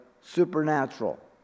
supernatural